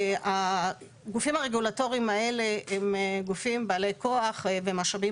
הגופים הרגולטוריים האלה הם גופים בעלי כוח ומשאבים